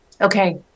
okay